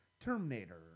Terminator